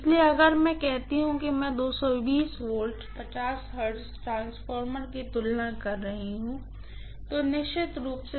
इसलिए अगर मैं कहती हूँ कि मैं ट्रांसफार्मर की तुलना कर रही हूँ तो निश्चित रूप से